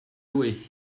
loué